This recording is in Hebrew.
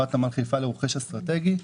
חברת נמל חיפה לרוכש אסטרטגי.